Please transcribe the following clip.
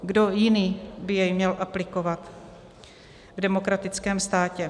Kdo jiný by jej měl aplikovat v demokratickém státě?